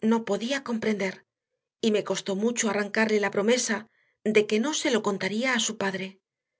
no podía comprender y me costó mucho arrancarle la promesa de que no se lo contaría a su padre